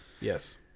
Yes